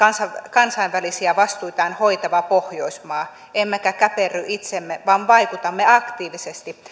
kansainvälisiä vastuitaan hoitava pohjoismaa emmekä käperry itseemme vaan vaikutamme aktiivisesti